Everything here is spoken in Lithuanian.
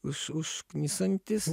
už užknisantis